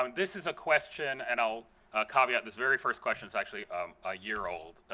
um this is a question and i'll caveat this very first question. it's actually a year old.